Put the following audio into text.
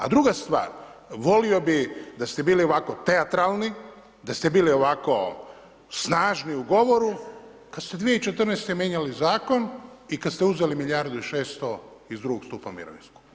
A druga stvar, volio bih da ste bili ovako teatralni, da ste bili ovako snažni u govoru kad ste 2014. mijenjali Zakon i kad ste uzeli milijardu i 600 iz drugog stupa mirovinskog.